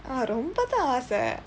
ah ரொம்ப தான் ஆசை:rompa thaan aasai